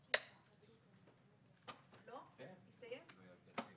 ננעלה בשעה